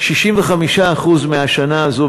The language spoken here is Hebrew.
65% מהשנה הזאת,